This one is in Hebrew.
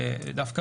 דווקא